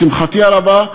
לשמחתי הרבה,